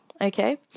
Okay